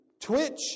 twitch